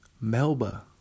Melba